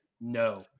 no